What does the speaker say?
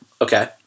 Okay